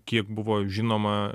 kiek buvo žinoma